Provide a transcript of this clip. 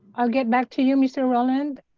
i will get back to you, mr. roland.